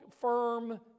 firm